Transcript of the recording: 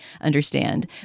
understand